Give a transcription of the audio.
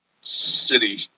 city